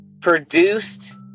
produced